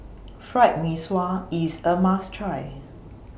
Fried Mee Sua IS A must Try